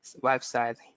website